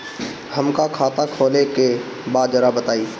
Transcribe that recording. हमका खाता खोले के बा जरा बताई?